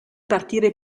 partire